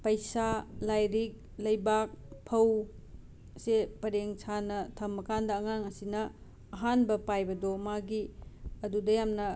ꯄꯩꯁꯥ ꯂꯥꯏꯔꯤꯛ ꯂꯩꯕꯥꯛ ꯐꯧꯁꯦ ꯄꯔꯦꯡ ꯁꯥꯅ ꯊꯝꯃꯀꯥꯟꯗ ꯑꯉꯥꯡ ꯑꯁꯤꯅ ꯑꯍꯥꯟꯕ ꯄꯥꯏꯕꯗꯣ ꯃꯥꯒꯤ ꯑꯗꯨꯗ ꯌꯥꯝꯅ